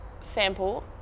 sample